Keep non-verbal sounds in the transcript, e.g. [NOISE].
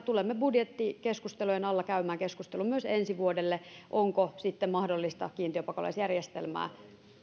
[UNINTELLIGIBLE] tulemme budjettikeskustelujen alla käymään keskustelun myös ensi vuodelle siitä onko sitten mahdollista kiintiöpakolaisjärjestelmää